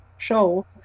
show